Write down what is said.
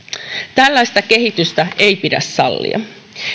tällaista kehitystä ei pidä sallia